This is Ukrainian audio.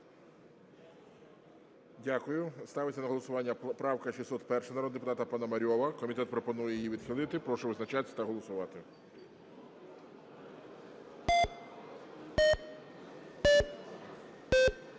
Дякую. Ставиться на голосування поправка 601 народного депутата Пономарьова. Комітет пропонує її відхилити. Прошу визначатись та голосувати.